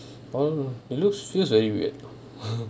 oh it's looks feels very weird though